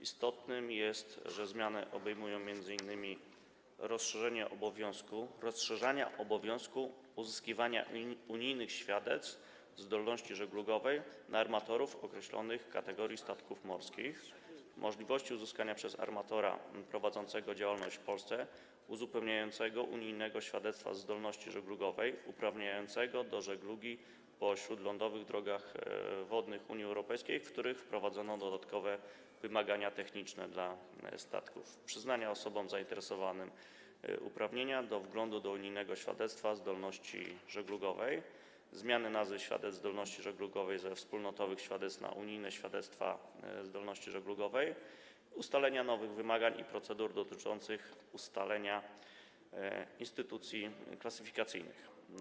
Istotne jest, że zmiany obejmują m.in.: rozszerzenie obowiązku uzyskiwania unijnych świadectw zdolności żeglugowej na armatorów określonych kategorii statków morskich; możliwość uzyskania przez armatora prowadzącego działalność w Polsce uzupełniającego unijnego świadectwa zdolności żeglugowej, uprawniającego do żeglugi po śródlądowych drogach wodnych Unii Europejskiej, w których wprowadzono dodatkowe wymagania techniczne dla statków; przyznanie osobom zainteresowanym uprawnienia do wglądu do unijnego świadectwa zdolności żeglugowej; zmiany nazwy świadectw zdolności żeglugowej ze wspólnotowych świadectw na unijne świadectwa zdolności żeglugowej; ustalenie nowych wymagań i procedur dotyczących ustalenia instytucji klasyfikacyjnych.